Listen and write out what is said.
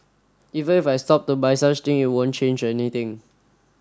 even if I stop to buy such thing it won't change anything